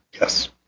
Yes